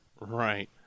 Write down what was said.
Right